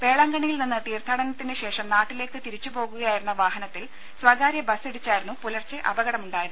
വേളാങ്കണ്ണിയിൽ നിന്ന് തീർഥാടനത്തിനു ശേഷം നാട്ടിലേക്ക് തിരിച്ചു പോകുകയായിരുന്ന വാഹനത്തിൽ സ്വകാര്യ ബസ് ഇടിച്ചായിരുന്നു പുലർച്ചെ അപകടം ഉണ്ടാ യത്